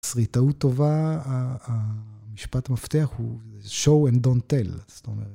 בתסריטאות טובה, המשפט המפתח הוא show and don't tell, זאת אומרת.